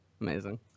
Amazing